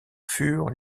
furent